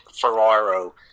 Ferraro